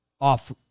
off